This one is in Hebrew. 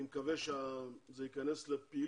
אני מקווה שכאשר זה ייכנס לפעילות,